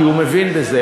כי הוא מבין בזה,